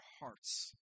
hearts